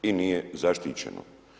I nije zaštićeno.